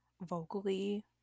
vocally